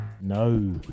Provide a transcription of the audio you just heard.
No